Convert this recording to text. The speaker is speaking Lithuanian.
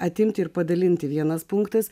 atimti ir padalinti vienas punktas